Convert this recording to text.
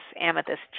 amethyst